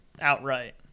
outright